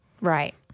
Right